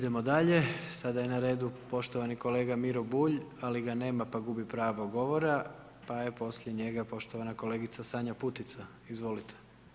Idemo dalje, sada ne na redu poštovani kolega Miro Bulj, ali ga nema pa gubi pravo govora, pa je poslije njega poštovana kolegica Sanja Putica, izvolite.